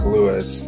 Lewis